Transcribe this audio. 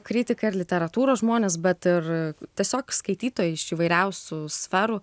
kritikai ir literatūros žmonės bet ir tiesiog skaitytojai iš įvairiausių sferų